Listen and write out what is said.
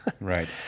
Right